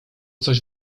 coś